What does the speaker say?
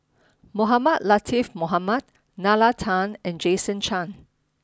Mohamed Latiff Mohamed Nalla Tan and Jason Chan